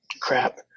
crap